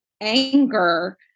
anger